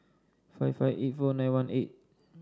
five five eight four nine one eight